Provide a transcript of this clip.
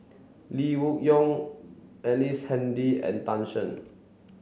Lee Wung Yew Ellice Handy and Tan Shen